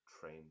train